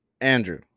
Andrew